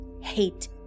hate